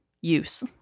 use